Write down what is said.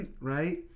Right